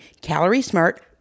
calorie-smart